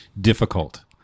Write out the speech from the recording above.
difficult